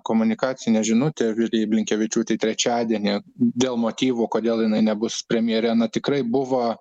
komunikacinę žinutę vilijai blinkevičiūtei trečiadienį dėl motyvų kodėl jinai nebus premjerė na tikrai buvo